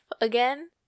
again